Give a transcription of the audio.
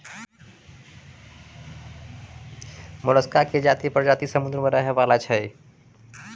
मोलसका के ज्यादे परजाती समुद्र में रहै वला होय छै